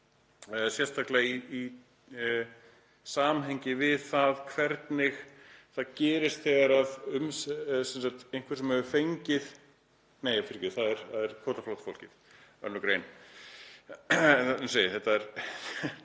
sérstaklega í samhengi við það hvernig það gerist þegar einhver sem hefur fengið — nei, fyrirgefið, það er kvótaflóttafólkið, það er önnur grein. Það eru